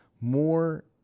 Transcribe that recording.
more